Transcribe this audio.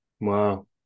wow